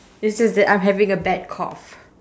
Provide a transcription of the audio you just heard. it's just that I'm having a bad cough